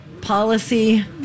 Policy